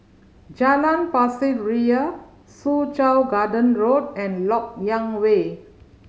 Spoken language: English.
Jalan Pasir Ria Soo Chow Garden Road and Lok Yang Way